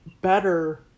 better